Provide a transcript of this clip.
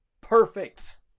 perfect